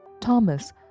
Thomas